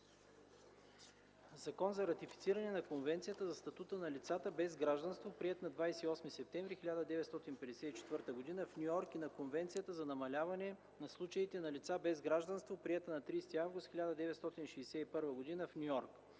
„ЗАКОН за ратифициране на Конвенцията за статута на лицата без гражданство, приета на 28 септември 1954 г. в Ню Йорк , и на Конвенцията за намаляване на случаите на лица без гражданство, приета на 30 август 1961 г. в Ню Йорк